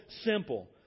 simple